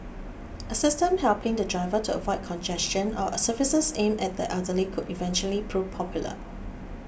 a system helping the driver to avoid congestion or services aimed at the elderly could eventually prove popular